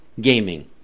gaming